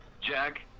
Jack